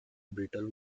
brittle